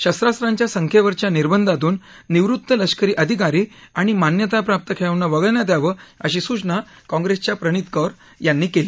शस्त्रांच्या संख्येवरच्या निर्बंधातून निवृत्त लष्करी अधिकारी आणि मान्यताप्राप्त खेळाडूंना वगळण्यात यावं अशी सूचना काँग्रेसच्या प्रणित कौर यांनी केली